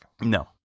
No